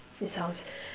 it sounds